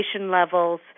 levels